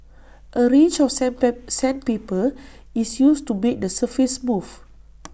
A range of sandpit sandpaper is used to make the surface smooth